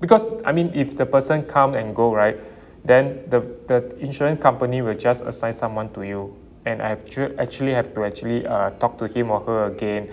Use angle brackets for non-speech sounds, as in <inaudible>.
because I mean if the person come and go right <breath> then the the insurance company will just assign someone to you and I actual~ actually have to actually uh talk to him or her again